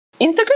Instagram